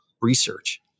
research